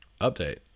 Update